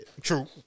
true